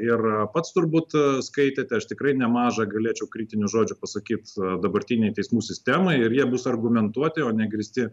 ir pats turbūt skaitėte aš tikrai nemažą galėčiau kritinių žodžių pasakyt dabartinei teismų sistemai ir jie bus argumentuoti o ne grįsti